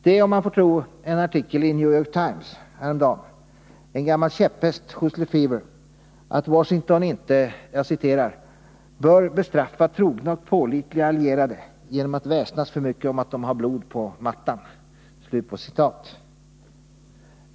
Det är, om man får tro en artikel i New York Times häromdagen, en gammal käpphäst hos Lefever att Washington inte ”bör bestraffa trogna och pålitliga allierade genom att väsnas för mycket om att de har blod på mattan”.